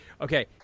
okay